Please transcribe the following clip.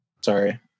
Sorry